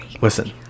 Listen